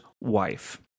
wife